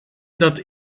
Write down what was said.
dat